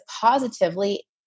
positively